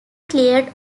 cleared